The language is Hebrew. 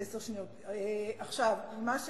רגע,